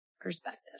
perspective